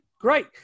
great